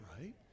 Right